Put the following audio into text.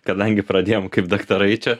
kadangi pradėjom kaip daktarai čia